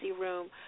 room